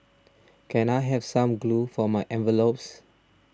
can I have some glue for my envelopes